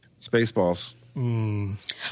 Spaceballs